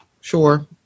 Sure